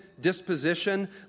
disposition